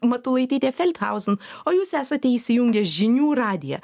matulaitytė felthauzn o jūs esate įsijungę žinių radiją